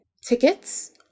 tickets